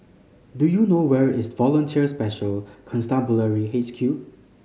do you know where is Volunteer Special Constabulary H Q